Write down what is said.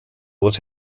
was